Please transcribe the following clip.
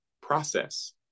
Process